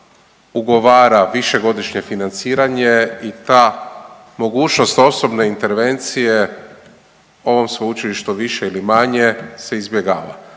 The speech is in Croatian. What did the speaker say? ugovara višegodišnje financiranje i ta mogućnost osobne intervencije ovom sveučilištu više ili manje se izbjegava.